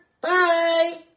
Bye